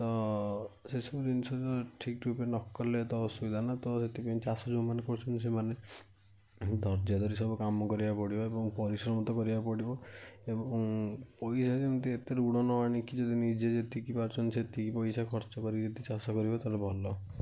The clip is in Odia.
ତ ସେ ସବୁ ଜିନିଷ ଠିକ ରୂପରେ ନ କଲେ ତ ଅସୁବିଧା ନା ତ ସେଥିପାଇଁ ଚାଷ ଯେଉଁମାନେ କରୁଛନ୍ତି ସେମାନେ ଧର୍ଯ୍ୟ ଧରି ସବୁ କାମ କରିବାହୁ ପଡ଼ିବ ଏବଂ ପରିଶ୍ରମ ତ କରିବାକୁ ପଡ଼ିବ ଏବଂ ପଇସା ଯେମିତି ଏତେ ଋଣ ନ ଆଣିକି ଯଦି ନିଜେ ଯେତିକି ପାରୁଛନ୍ତି ସେତିକି ପଇସା ଖର୍ଚ୍ଚ କରିକି ଯଦି ଚାଷ କରିବ ତାହାଲେ ଭଲ